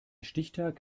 stichtag